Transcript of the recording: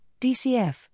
DCF